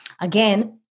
again